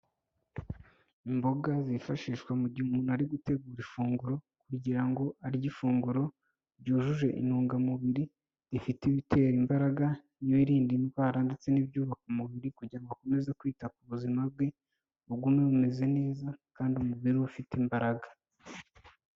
Imboga zifashishwa mu gihe umuntu ari gutegura ifunguro kugira ngo arye ifunguro ryujuje intungamubiri, rifite ibitera imbaraga, n'ibirinda indwara, ndetse n'ibyubaka umubiri, kugira ngo akomeze kwita ku buzima bwe bugume bumeze neza kandi umubiri we ufite imbaraga.